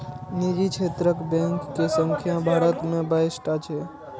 निजी क्षेत्रक बैंक के संख्या भारत मे बाइस टा छै